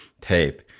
tape